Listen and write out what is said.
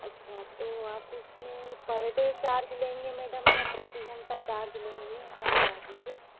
अच्छा तो आप इसमें पर डे चार्ज लेंगे मैडम या प्रति घंटा चार्ज लेंगे ऐसा बता दीजिए